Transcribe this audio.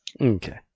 Okay